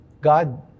God